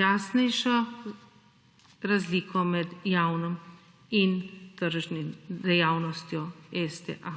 jasnejšo razliko med javno in tržno dejavnostjo STA.